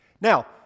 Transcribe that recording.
Now